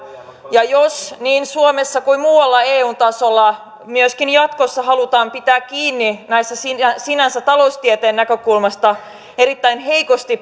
ja jos niin suomessa kuin muualla eun tasolla myöskin jatkossa halutaan pitää kiinni näistä sinänsä taloustieteen näkökulmasta erittäin heikosti